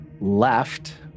left